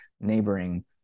neighboring